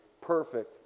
perfect